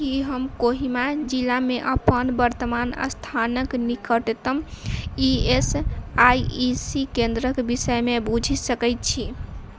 की हम कोहिमा जिलामे अपन वर्तमान स्थानक निकटतम ई एस आई सी केंद्रके विषयमे बूझि सकैत छी